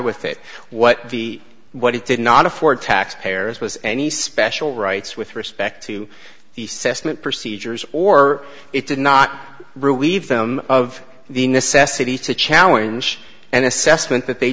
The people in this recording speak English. with it what the what it did not afford taxpayers was any special rights with respect to the system and procedures or it did not relieve them of the necessity to challenge and assessment that they